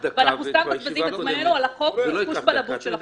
ואנחנו סתם מבזבזים את זמננו על החוק "קשקוש בלבוש" שלכם.